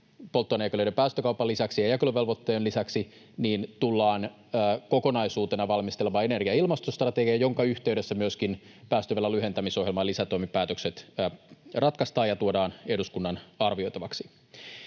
polttoaineiden päästökaupan lisäksi ja jakeluvelvoitteen lisäksi, tullaan kokonaisuutena valmistelemaan energia- ja ilmastostrategiassa, jonka yhteydessä myöskin päästövelan lyhentämisohjelman lisätoimipäätökset ratkaistaan ja tuodaan eduskunnan arvioitavaksi.